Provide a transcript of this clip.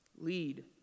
Lead